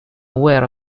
aware